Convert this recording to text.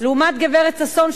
לעומת גברת ששון,